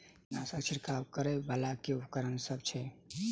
कीटनासक छिरकाब करै वला केँ उपकरण सब छै?